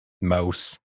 mouse